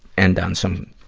end on some,